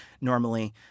normally